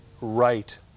right